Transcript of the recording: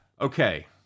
Okay